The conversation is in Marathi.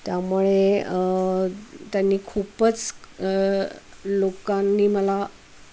त्यामुळे त्यांनी खूपच लोकांनी मला